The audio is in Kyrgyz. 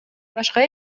башка